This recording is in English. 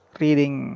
reading